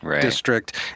district